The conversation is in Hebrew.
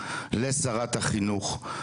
לשרת החינוך,